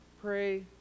pray